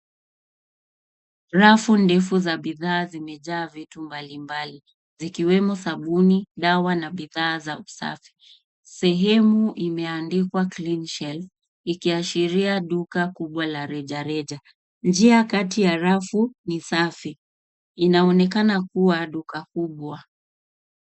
Rafu ndefu za bidhaa zimejaa vitu mbalimbali vikiwemo sabuni, dawa na bidhaa na usafi. Sehemu imeandikwa, cleanshelf, ikiashiria duka kubwa la rejareja. Njia kati ya rafu ni safi. Inaonekana kuwa duka kubwa.